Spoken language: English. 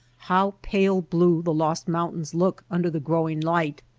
how pale blue the lost mountains look under the growing light.